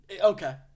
okay